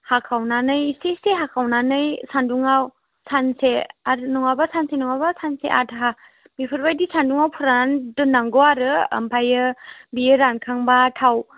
हाखावनानै इसे इसे हाखावनानै सान्दुङाव सानसे आरो नङाबा सानसे नङाबा सानसे आधा बेफोरबायदि सान्दुङाव फोराननानै दोननांगौ आरो ओमफ्राय बियो रानखांबा थाव